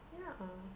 ya